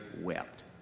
wept